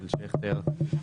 של שכטר,